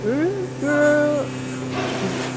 ओइ बे